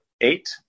eight